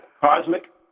cosmic